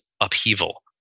upheaval